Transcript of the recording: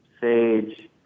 Sage